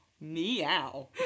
Meow